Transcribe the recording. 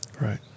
Right